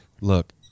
look